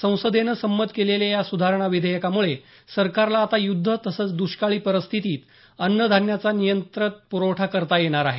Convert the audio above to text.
संसदेनं संमत केलेल्या या सुधारणा विधेयकामुळे सरकारला आता युद्ध तसंच दुष्काळी परिस्थितीत अन्न धान्याचा नियंत्रित प्रवठा करता येणार आहे